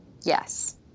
Yes